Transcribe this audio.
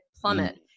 plummet